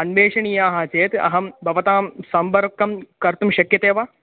अन्वेषणीयाः चेत् अहं भवन्तं सम्पर्कं कर्तुं शक्यते वा